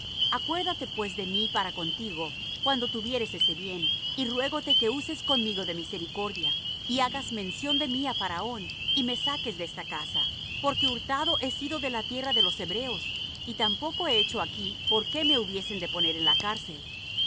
acuérdate pues de mí para contigo cuando tuvieres ese bien y ruégote que uses conmigo de misericordia y hagas mención de mí á faraón y me saques de esta casa porque hurtado he sido de la tierra de los hebreos y tampoco he hecho aquí porqué me hubiesen de poner en la cárcel